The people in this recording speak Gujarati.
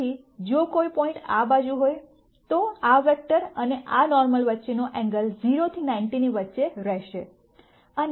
તેથી જો કોઈ પોઇન્ટ આ બાજુ હોય તો આ વેક્ટર અને આ નોર્મલ વચ્ચેનો એંગલ 0 થી 90 ની વચ્ચે રહેશે